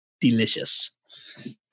delicious